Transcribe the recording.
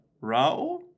Rao